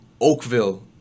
Oakville